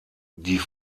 die